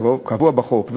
שכבר קבועה בחוק,